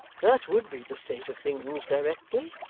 that would be the state of things directly.